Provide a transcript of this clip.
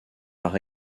par